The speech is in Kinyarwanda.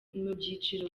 byiciro